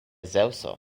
zeŭso